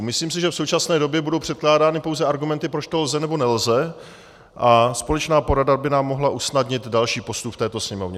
Myslím si, že v současné době budou předkládány pouze argumenty, proč to lze, nebo nelze, a společná porada by nám mohla usnadnit další postup v této Sněmovně.